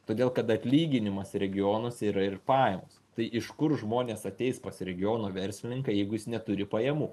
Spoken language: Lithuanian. todėl kad atlyginimas regionuose yra ir pajamos tai iš kur žmonės ateis pas regiono verslininką jeigu jis neturi pajamų